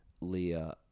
leah